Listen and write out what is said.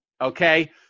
okay